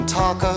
talk